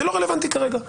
זה לא רלוונטי כרגע.